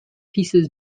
pieces